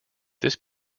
this